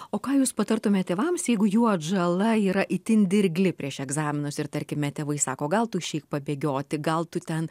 o ką jūs patartumėt tėvams jeigu jų atžala yra itin dirgli prieš egzaminus ir tarkime tėvai sako gal tu išeik pabėgioti gal tu ten